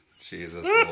Jesus